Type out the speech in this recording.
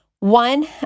One